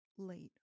late